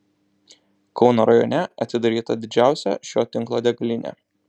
kauno rajone atidaryta didžiausia šio tinklo degalinė